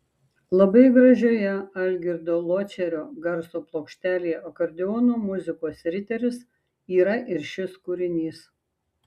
labai gražioje algirdo ločerio garso plokštelėje akordeono muzikos riteris yra ir šis kūrinys